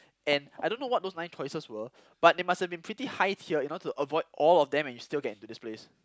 and I don't know what those nine choices were but it must have been pretty high tier you know to avoid all of them and you still get into this place